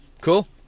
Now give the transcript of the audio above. Cool